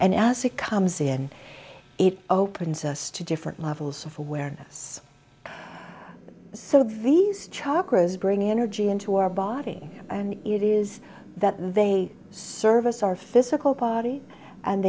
and as it comes in it opens us to different levels of awareness so these charges bring energy into our body and it is that they serve us our physical body and